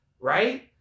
Right